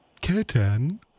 Kitten